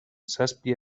zazpi